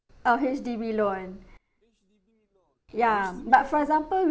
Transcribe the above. oh H_D_B loan ya but for example